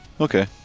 Okay